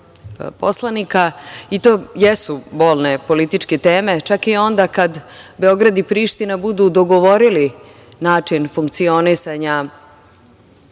poslanika. To jesu bolne političke teme, čak i onda kada Beograd i Priština budu dogovorili način funkcionisanja